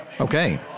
Okay